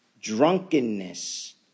drunkenness